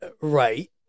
Right